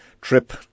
trip